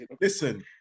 Listen